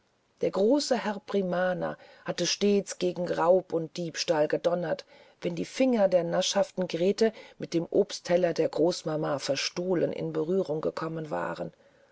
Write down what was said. der große herr primaner hatte stets gegen raub und diebstahl gedonnert wenn die finger der naschhaften grete mit dem obstteller der großmama verstohlen in berührung gekommen waren